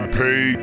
pay